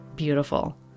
Beautiful